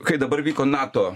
kai dabar vyko nato